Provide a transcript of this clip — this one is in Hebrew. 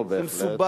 אנחנו בהחלט,